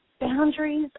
boundaries